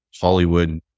Hollywood